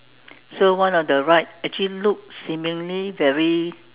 so one of the rides actually looks seemingly very